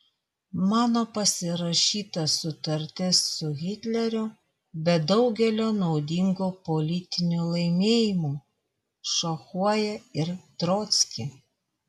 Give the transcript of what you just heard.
mano pasirašyta sutartis su hitleriu be daugelio naudingų politinių laimėjimų šachuoja ir trockį